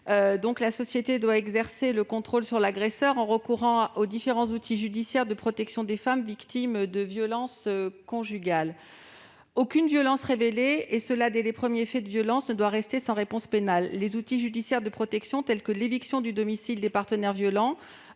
! La société doit exercer un contrôle sur l'agresseur en recourant aux différents outils judiciaires de protection des femmes victimes de violences conjugales. Aucune violence révélée, et ce dès les premiers faits de violence, ne doit rester sans réponse pénale. Les outils judiciaires de protection existent, comme l'éviction du domicile du partenaire- ou